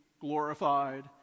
glorified